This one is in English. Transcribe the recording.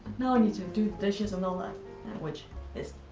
now i need to do the dishes and all ah that which is,